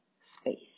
space